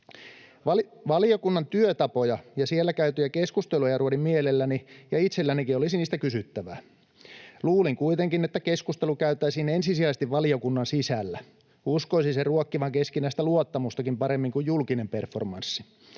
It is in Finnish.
Valiokunnan työtapoja ja siellä käytyjä keskusteluja ruodin mielelläni, ja itsellänikin olisi niistä kysyttävää. Toivon kuitenkin, että keskustelu käytäisiin ensisijaisesti valiokunnan sisällä. Uskoisin sen ruokkivan keskinäistä luottamustakin paremmin kuin julkinen performanssi.